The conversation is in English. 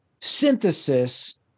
synthesis